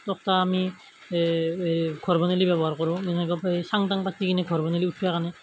তক্তা আমি ঘৰ বনালে ব্যৱহাৰ কৰোঁ এনেকুৱা সেই চাং তাং পাতি কিনে ঘৰ বনালে উঠিব কাৰণে